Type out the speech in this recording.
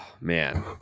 man